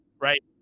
right